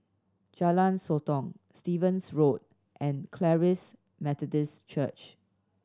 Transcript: Jalan Sotong Stevens Road and Charis Methodist Church